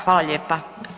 Hvala lijepa.